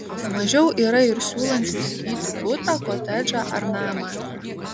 ne mažiau yra ir siūlančių įsigyti butą kotedžą ar namą